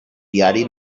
viari